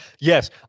yes